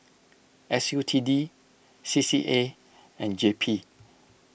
S U T D C C A and J P